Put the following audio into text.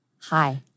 Hi